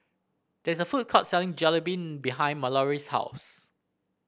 there is a food court selling Jalebi behind Mallorie's house